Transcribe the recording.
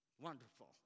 Wonderful